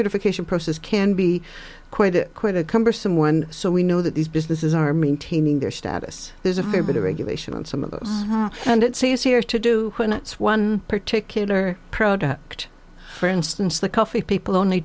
occasion process can be quite quite a cumbersome one so we know that these businesses are maintaining their status there's a fair bit of regulation on some of those and it's easier to do when it's one particular product for instance the coffee people only